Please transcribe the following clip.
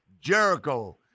Jericho